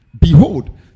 behold